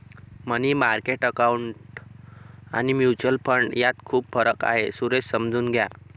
मनी market account आणि mutual fund यात खूप फरक आहे, सुरेश समजून घ्या